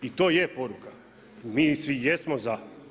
I to je poruka, mi svi jesmo za.